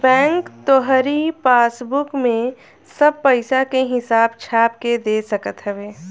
bank तोहरी passbook में सब पईसा के हिसाब छाप के दे सकत हवे